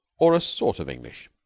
or a sort of english.